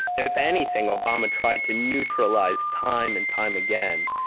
if anything, obama tried to neutralize, time and time again,